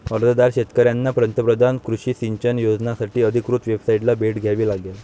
अर्जदार शेतकऱ्यांना पंतप्रधान कृषी सिंचन योजनासाठी अधिकृत वेबसाइटला भेट द्यावी लागेल